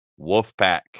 Wolfpack